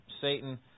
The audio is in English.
Satan